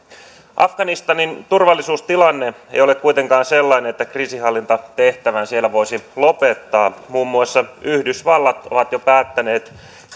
afganistanin turvallisuustilanne ei ole kuitenkaan sellainen että kriisinhallintatehtävän siellä voisi lopettaa muun muassa yhdysvallat on jo päättänyt